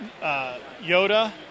Yoda